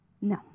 No